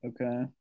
Okay